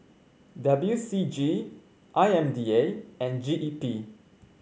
W C G I M D A and G E P